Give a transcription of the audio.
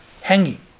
hanging